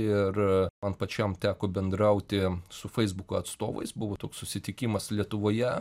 ir man pačiam teko bendrauti su feisbuko atstovais buvo toks susitikimas lietuvoje